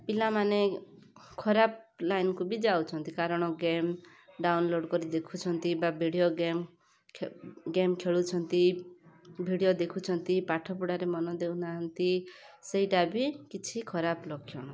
ପିଲାମାନେ ଖରାପ ଲାଇନ୍କୁ ବି ଯାଉଛନ୍ତି କାରଣ ଗେମ୍ ଡାଉନଲୋଡ଼୍ କରି ଦେଖୁଛନ୍ତି ବା ଭିଡ଼ିଓ ଗେମ୍ ଗେମ୍ ଖେଳୁଛନ୍ତି ଭିଡ଼ିଓ ଦେଖୁଛନ୍ତି ପାଠପଢ଼ାରେ ମନ ଦେଉନାହାନ୍ତି ସେଇଟା ବି କିଛି ଖରାପ ଲକ୍ଷଣ